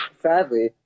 sadly